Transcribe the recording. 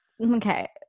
Okay